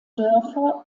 dörfer